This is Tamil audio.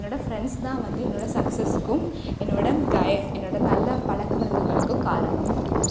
என்னோடய ஃப்ரெண்ட்ஸ் தான் வந்து என்னோடய சக்ஸஸ்க்கும் என்னோடய கயா என்னோடய நல்ல பழக்க வழக்கங்களுக்கும் காரணம்